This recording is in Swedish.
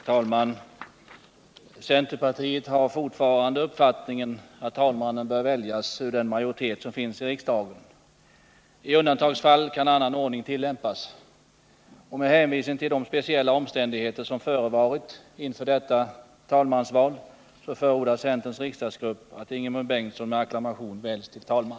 Herr talman! Centerpartiet har fortfarande uppfattningen att talmannen bör väljas ur den majoritet som finns i riksdagen. I undantagsfall kan annan ordning tillämpas. Med hänvisning till de speciella omständigheter som har varit för handen inför detta talmansval förordar centerns riksdagsgrupp att Ingemund Bengtsson med acklamation väljs till talman.